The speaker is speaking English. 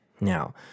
Now